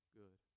good